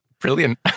brilliant